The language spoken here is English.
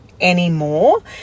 anymore